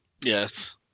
Yes